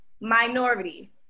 minority